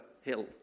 hill